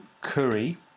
Curry